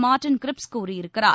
Martin கிரிப்க்ஸ் கூறியிருக்கிறார்